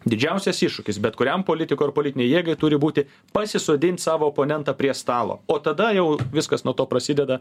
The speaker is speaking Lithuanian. didžiausias iššūkis bet kuriam politikui ar politinei jėgai turi būti pasisodint savo oponentą prie stalo o tada jau viskas nuo to prasideda